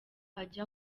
ajya